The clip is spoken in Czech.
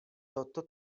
toto